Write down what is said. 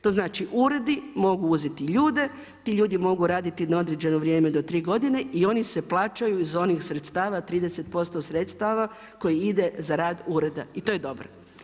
To znači uredi mogu uzeti ljude, ti ljudi mogu raditi na određeno vrijeme do 3 godine i oni se plaćaju iz onih sredstava 30% sredstava koji ide za rad ureda i to je dobro.